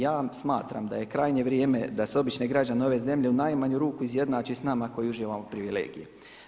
Ja smatram da je krajnje vrijeme da se obične građane ove zemlje u najmanju ruku izjednači s nama koji uživamo privilegije.